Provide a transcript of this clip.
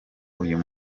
uyu